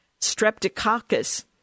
streptococcus